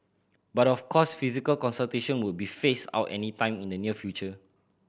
but of course physical consultation won't be phased out anytime in the near future